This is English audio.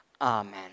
Amen